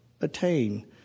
attain